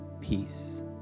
peace